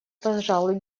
пожалуй